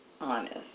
honest